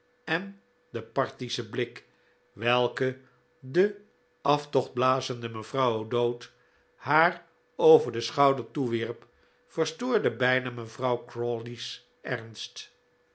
en de parthische blik welken de den aftocht blazende mevrouw o'dowd haar over den schouder toewierp verstoorde bijna mevrouw crawley's ernst